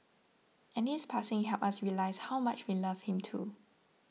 and his passing helped us realise how much we loved him too